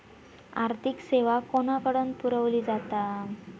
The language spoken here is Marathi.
आर्थिक सेवा कोणाकडन पुरविली जाता?